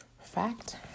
fact